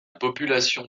population